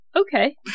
Okay